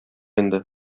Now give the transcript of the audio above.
инде